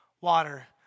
water